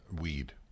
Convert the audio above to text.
weed